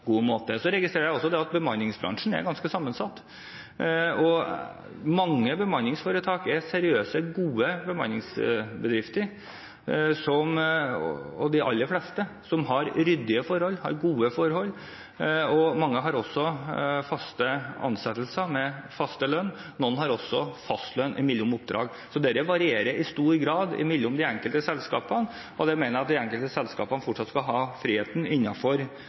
god måte. Så registrerer jeg også at bemanningsbransjen er ganske sammensatt. Mange bemanningsforetak er seriøse, gode bemanningsbedrifter. De aller fleste har ryddige og gode forhold, og mange har også fast ansettelse med fast lønn. Noen har også fast lønn mellom oppdrag. Dette varierer i stor grad mellom de enkelte selskapene, og jeg mener de enkelte selskapene fortsatt skal ha